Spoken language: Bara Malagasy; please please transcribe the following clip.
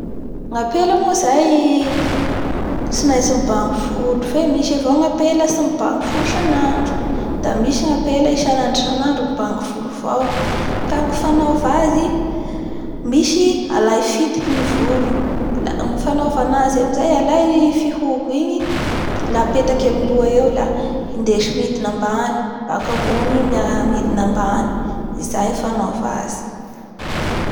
Ny fibangoa volo koa zany da manomboky ambony midy ambany.